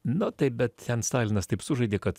na taip bet ten stalinas taip sužaidė kad